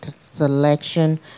selection